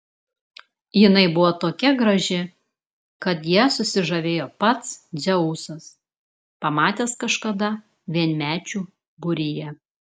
jinai buvo tokia graži kad ja susižavėjo pats dzeusas pamatęs kažkada vienmečių būryje